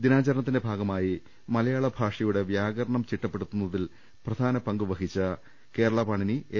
ദിനാചരണത്തിന്റെ ഭാഗമായി മലയാള ഭാഷയുടെ വ്യാകരണം ചിട്ടപ്പെടുത്തുന്നതിൽ പ്രധാന പങ്കുവഹിച്ച കേരള പാണിനി എ